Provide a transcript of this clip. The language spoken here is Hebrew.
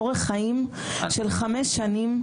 אורך חיים של חמש שנים,